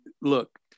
look